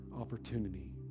opportunity